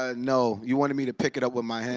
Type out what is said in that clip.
ah no. you wanted me to pick it up with my hand.